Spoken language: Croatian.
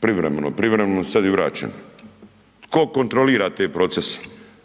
privremeno su sad i vraćene. Tko kontrolira te procese?